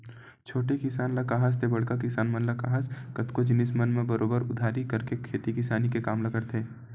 छोटे किसान ल काहस ते बड़का किसान मन ल काहस कतको जिनिस मन म बरोबर उधारी करके खेती किसानी के काम ल करथे